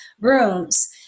rooms